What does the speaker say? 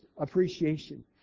appreciation